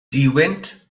duwynt